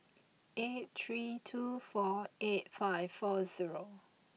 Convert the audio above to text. eight three two four eight five four zero